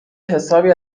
حسابی